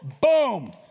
Boom